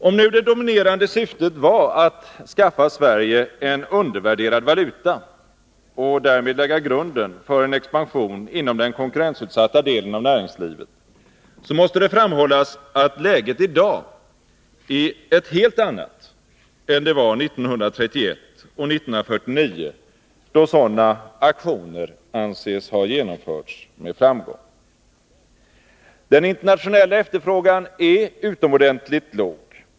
Om det dominerande syftet var att skaffa Sverige en undervärderad valuta och därmed lägga grunden för en expansion inom den konkurrensutsatta delen av näringslivet, så måste det framhållas att läget i dag är ett helt annat än det var 1931 och 1949, då sådana aktioner anses ha genomförts med framgång. Den internationella efterfrågan är utomordentligt låg.